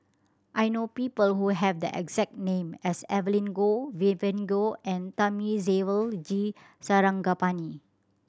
I know people who have the exact name as Evelyn Goh Vivien Goh and Thamizhavel G Sarangapani